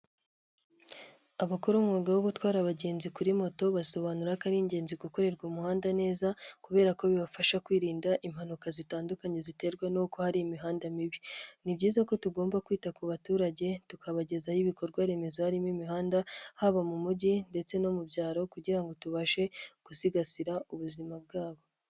Abakora umwuga wo gutwara abagenzi kuri moto basobanura ko ari ingenzi gukorerwa umuhanda neza, kubera ko bibafasha kwirinda impanuka zitandukanye ziterwa n'uko hari imihanda mibi. Ni byiza ko tugomba kwita ku baturage tukabagezaho ibikorwa remezo harimo imihanda, haba mu mujyi ndetse no mu byaro, kugira ngo tubashe gusigasira ubuzima bwabo.